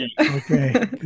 Okay